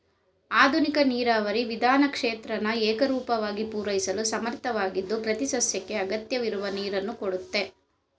ಆಧುನಿಕ ನೀರಾವರಿ ವಿಧಾನ ಕ್ಷೇತ್ರನ ಏಕರೂಪವಾಗಿ ಪೂರೈಸಲು ಸಮರ್ಥವಾಗಿದ್ದು ಪ್ರತಿಸಸ್ಯಕ್ಕೆ ಅಗತ್ಯವಿರುವ ನೀರನ್ನು ಕೊಡುತ್ತೆ